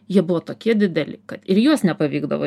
jie buvo tokie dideli kad ir juos nepavykdavo